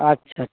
আচ্ছা